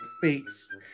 face